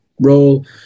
Role